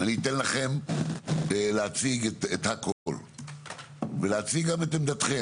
אני אתן לכם להציג את הכול ולהציג גם את עמדתכם,